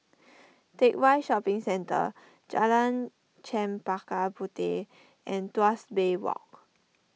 Teck Whye Shopping Centre Jalan Chempaka Puteh and Tuas Bay Walk